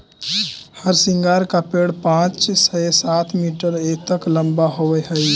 हरसिंगार का पेड़ पाँच से सात मीटर तक लंबा होवअ हई